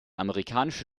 amerikanische